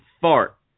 fart